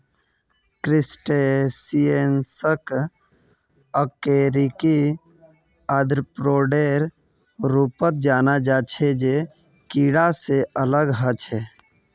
क्रस्टेशियंसक अकशेरुकी आर्थ्रोपोडेर रूपत जाना जा छे जे कीडा से अलग ह छे